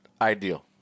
Ideal